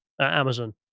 Amazon